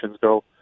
go